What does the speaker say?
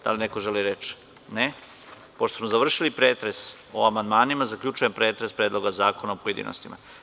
Da li neko želi reč? (Ne.) Pošto smo završili pretres o amandmanima, zaključujem pretres Predloga zakona u pojedinostima.